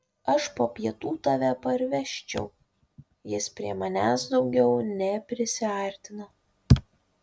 aš po pietų tave parvežčiau jis prie manęs daugiau neprisiartino